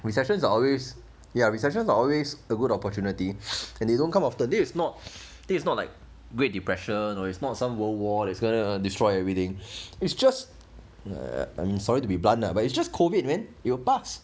recessions are always ya recession are always a good opportunity and they don't come often this is not it's not like great depression or it's not some world war that's gonna destroy everything it's just uh I'm sorry to be blunt lah but it's just COVID man it will pass